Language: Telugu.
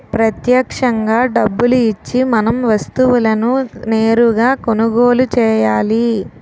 ప్రత్యక్షంగా డబ్బులు ఇచ్చి మనం వస్తువులను నేరుగా కొనుగోలు చేయాలి